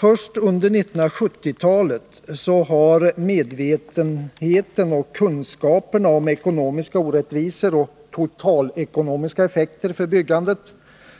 Först under 1970-talet har medvetenheten och kunskaperna om ekonomiska orättvisor och totalekonomiska effekter för byggandet,